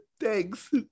thanks